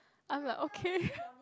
I'm like okay